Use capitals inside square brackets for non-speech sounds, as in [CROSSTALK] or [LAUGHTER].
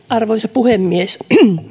[UNINTELLIGIBLE] arvoisa puhemies